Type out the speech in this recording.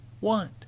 want